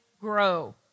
grow